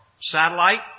satellite